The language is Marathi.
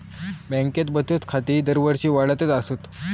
बँकेत बचत खाती दरवर्षी वाढतच आसत